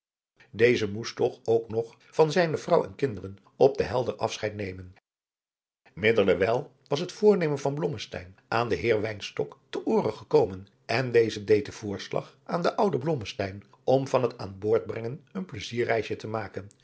deze moest toch ook nog van zijne vrouw en kinderen op de helder afscheid nemen middelerwijl was het voornemen van blommesteyn aan den heer wijnstok te oore gekokomen en deze deed den voorslag aan den ouden blommesteyn om van het aan boord brengen een plaisierreisje te maken